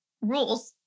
rules